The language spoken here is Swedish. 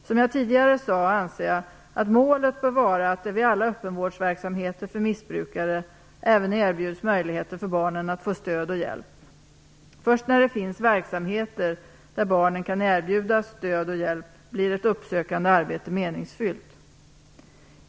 Som jag tidigare sade anser jag att målet bör vara att det vid alla öppenvårdsverksamheter för missbrukare erbjuds möjligheter även för barnen att få stöd och hjälp. Först när det finns verksamheter där barnen kan erbjudas stöd och hjälp blir ett uppsökande arbete meningsfullt.